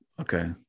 Okay